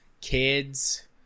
kids